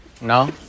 No